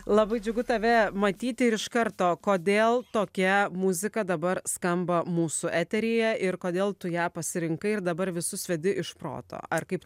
labai džiugu tave matyt ir iš karto kodėl tokia muzika dabar skamba mūsų eteryje ir kodėl tu ją pasirinkai ir dabar visus vedi iš proto ar kaip